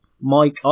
Mike